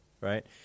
right